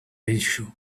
issue